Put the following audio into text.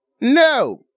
no